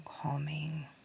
calming